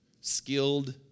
skilled